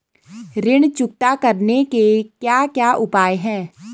ऋण चुकता करने के क्या क्या उपाय हैं?